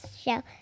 show